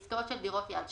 בעסקאות של דירות יד שנייה.